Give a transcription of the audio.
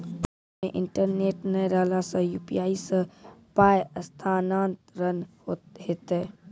Phone मे internet नै रहला सॅ, यु.पी.आई सॅ पाय स्थानांतरण हेतै?